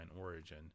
origin